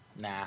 Nah